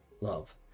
love